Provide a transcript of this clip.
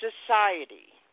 society